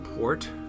port